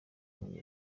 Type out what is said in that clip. muri